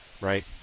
right